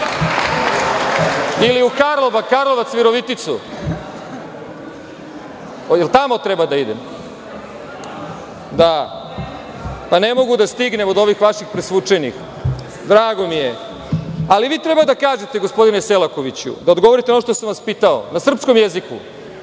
ili u Karlobag, Karlovac, Viroviticu. Da li tamo treba da idem? Pa, ne mogu da stignem od ovih vaših presvučenih. Drago mi je, ali vi treba da kažete gospodine Seklakoviću, da odgovorite ono što sam vas pitao na srpskom jeziku.